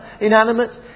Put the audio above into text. inanimate